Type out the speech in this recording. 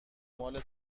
مال